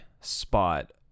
spot